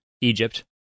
Egypt